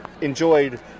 enjoyed